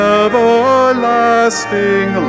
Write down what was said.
everlasting